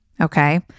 Okay